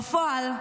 בפועל,